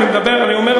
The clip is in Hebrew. אני אומר לך,